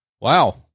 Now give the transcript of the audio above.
Wow